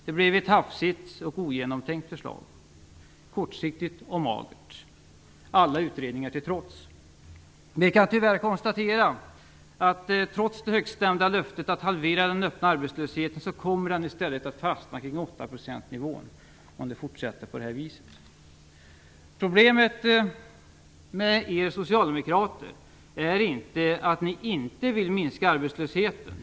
Det blev ett hafsigt och ogenomtänkt förslag, kortsiktigt och magert, alla utredningar till trots. Vi kan tyvärr konstatera att den öppna arbetslösheten, trots det högstämda löftet om halvering, kommer att fastna kring 8-procentsnivån om det fortsätter på detta vis. Problemet med er socialdemokrater är inte att ni inte vill minska arbetslösheten.